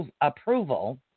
approval